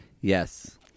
Yes